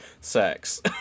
sex